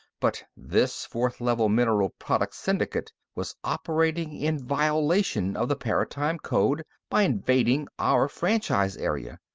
but this fourth level mineral products syndicate was operating in violation of the paratime code by invading our franchise area.